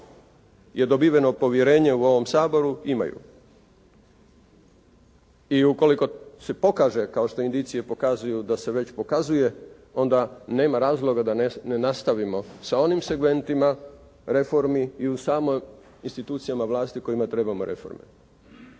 je dobiveno povjerenje u ovom Saboru, imaju. I ukoliko se pokaže kao što indicije pokazuju da se već pokazuje onda nema razloga da ne nastavimo sa onim segmentima reformi i u samim institucijama vlasti u kojima trebamo reforme.